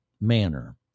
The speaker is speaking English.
manner